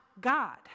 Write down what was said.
God